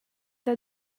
that